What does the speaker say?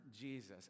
Jesus